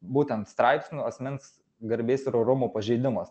būtent straipsniu asmens garbės ir orumo pažeidimas